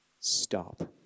stop